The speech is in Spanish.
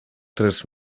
tres